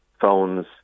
phones